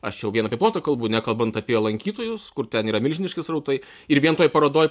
aš jau vien apie plotą kalbu nekalbant apie lankytojus kur ten yra milžiniški srautai ir vienoj toj parodoj